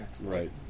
Right